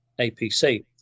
APC